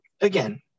again